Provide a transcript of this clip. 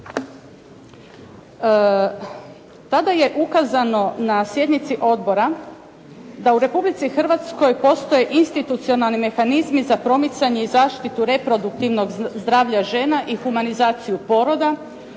tada je ukazano na sjednici odbora da u Republici Hrvatskoj postoje institucionalni mehanizmi za promicanje i zaštitu reproduktivnog zdravlja žena i humanizaciju poroda